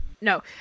No